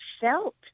felt